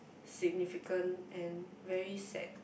significant and very sad